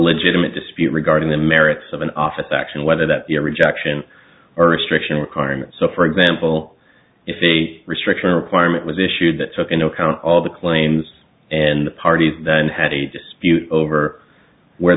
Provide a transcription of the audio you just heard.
legitimate dispute regarding the merits of an office action whether that be a rejection or restriction requirement so for example if a restriction or requirement was issued that took into account all the claims and parties that had a dispute over where